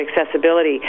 accessibility